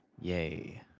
Yay